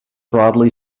broadly